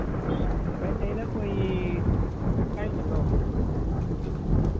में चाहिदा कोई ढाई किल्लो